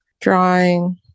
drawing